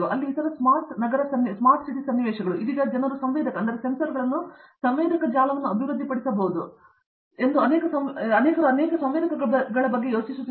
ಅಲ್ಲಿ ಇತರ ಸ್ಮಾರ್ಟ್ ನಗರ ಸನ್ನಿವೇಶಗಳು ಇದೀಗ ಜನರು ಸಂವೇದಕಗಳನ್ನು ಸಂವೇದಕ ಜಾಲವನ್ನು ಅಭಿವೃದ್ಧಿಪಡಿಸಬಹುದು ಎಂದು ಅನೇಕ ಸಂವೇದಕಗಳ ಬಗ್ಗೆ ಯೋಚಿಸುತ್ತಿದ್ದಾರೆ